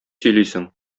сөйлисең